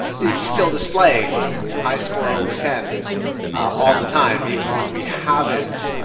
it's still displaying high score over ten all the time, even when we haven't,